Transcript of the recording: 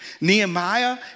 Nehemiah